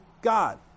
God